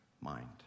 mind